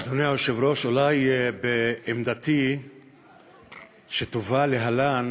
אדוני היושב-ראש, אולי בעמדתי שתובא להלן